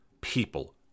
people